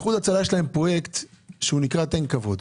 לאיחוד הצלה יש פרויקט שנקרא "תן כבוד".